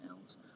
else